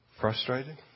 frustrated